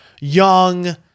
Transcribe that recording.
young